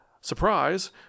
surprise